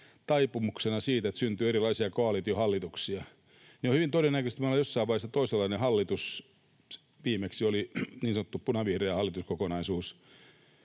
taipumuksena, että syntyy erilaisia koalitiohallituksia, niin hyvin todennäköisesti meillä on jossain vaiheessa toisenlainen hallitus — viimeksi oli niin sanottu punavihreä hallituskokonaisuus